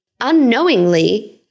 unknowingly